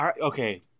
Okay